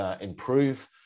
improve